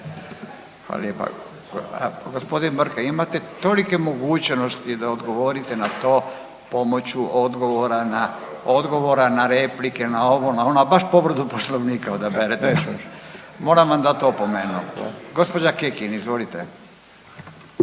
Hvala lijepa. G. Brkan, imate tolike mogućnosti da odgovorite na to pomoću odgovora na, odgovora na replike, na ovo, na ono, a baš povredu Poslovnika odaberete. Moram vam dati opomenu. Gđa Kekin, izvolite.